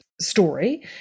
story